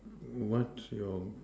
what's your